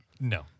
No